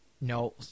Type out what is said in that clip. no